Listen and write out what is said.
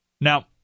Now